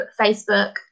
Facebook